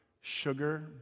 sugar